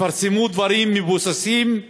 תפרסמו דברים מבוססים,